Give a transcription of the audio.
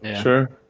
sure